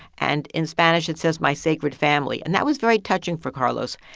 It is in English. and in spanish, it says, my sacred family, and that was very touching for carlos.